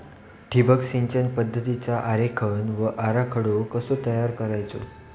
ठिबक सिंचन पद्धतीचा आरेखन व आराखडो कसो तयार करायचो?